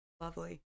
lovely